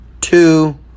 two